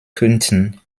könnten